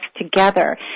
together